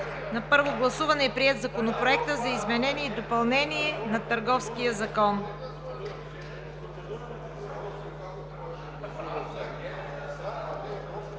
на първо гласуване Законопроекта за изменение и допълнение на Търговския закон